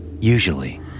Usually